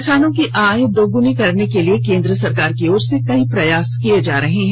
किसानों की आय दोगुनी करने के लिए केन्द्र सरकार की ओर से कई प्रयास किए जा रहे हैं